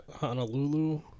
Honolulu